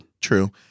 True